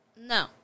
No